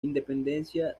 independencia